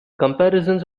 comparisons